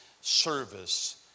service